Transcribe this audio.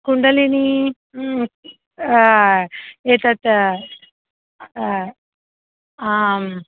कुण्डलिनी एतत् आम्